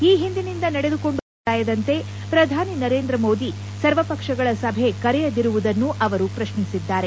ಈ ಹಿಂದಿನಿಂದ ನಡೆದುಕೊಂಡು ಬಂದಿರುವ ಸಂಪ್ರದಾಯದಂತೆ ಪ್ರಧಾನಿ ನರೇಂದ್ರಮೋದಿ ಸರ್ವಪಕ್ಷಗಳ ಸಭೆ ಕರೆಯದಿರುವುದನ್ನು ಅವರು ಪ್ರಕ್ನಿಸಿದ್ದಾರೆ